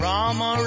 Rama